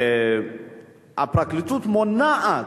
הפרקליטות מונעת,